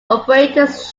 operators